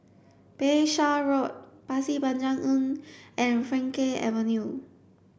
Bayshore Road Pasir Panjang Inn and Frankel Avenue